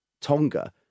Tonga